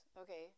okay